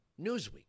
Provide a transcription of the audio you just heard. Newsweek